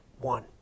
one